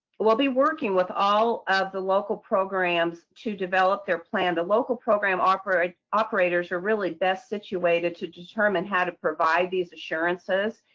but we'll be working with all of the local programs to develop their plan. the local program offers. operators are really best situated to determine how to provide these assurances,